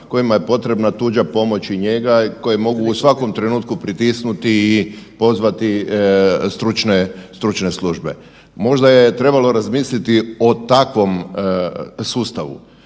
kojima je potrebna tuđa pomoć i njega koje mogu u svakom trenutku pritisnuti i pozvati stručne, stručne službe. Možda je trebalo razmisliti o takvom sustavu.